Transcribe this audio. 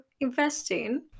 investing